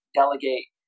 delegate